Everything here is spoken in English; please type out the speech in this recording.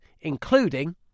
including